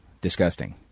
disgusting